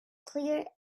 clear